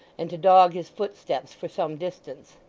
and to dog his footsteps for some distance.